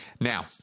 Now